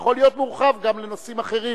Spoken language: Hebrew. יכול להיות מורחב גם לנושאים אחרים,